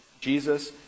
Jesus